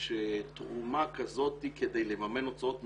שתרומה כזאת, כדי לממן הוצאות משפט,